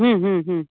ಹ್ಞೂ ಹ್ಞೂ ಹ್ಞೂ